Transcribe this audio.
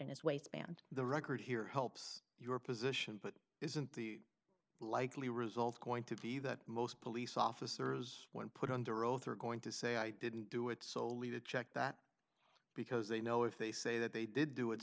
in his waistband the record here helps your position but isn't the likely result going to be that most police officers when put under oath are going to say i didn't do it solely to check that because they know if they say that they did do it